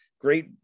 Great